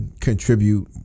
contribute